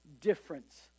difference